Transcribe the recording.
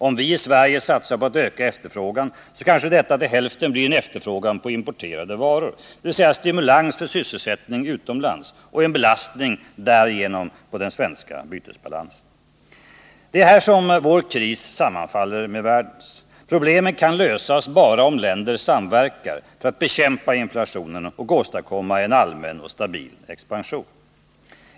Om vi i Sverige satsar på att öka efterfrågan så kanske detta till hälften blir en efterfrågan på importerade varor, dvs. stimulans för sysselsättningen utomlands och en belastning på vår bytesbalans. Det är här vår kris sammanfaller med världens. Problemen kan lösas bara om länder samverkar för att bekämpa inflation och åstadkomma en allmän och stabil expansion.